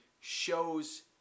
shows